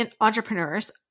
entrepreneurs